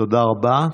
תודה רבה.